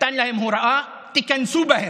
נתן להם הוראה: תיכנסו בהם.